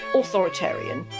authoritarian